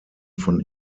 von